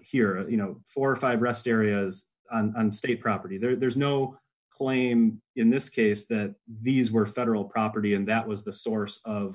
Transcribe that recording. here you know four or five rest areas and state property there's no claim in this case that these were federal property and that was the source of